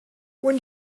when